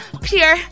pure